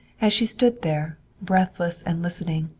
as she stood there, breathless and listening,